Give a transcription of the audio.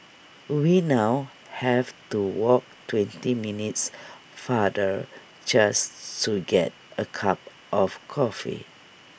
we now have to walk twenty minutes farther just to get A cup of coffee